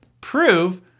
prove